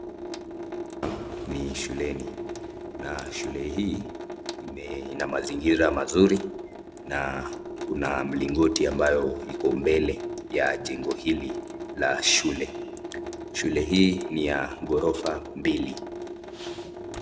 Hapa ni shuleni na shule hii ina mazingira mazuri na kuna mlingoti ambayo iko mbele ya jengo hili la shule. Shule hii ni ya ghorofa mbili.